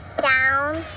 Down